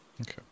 Okay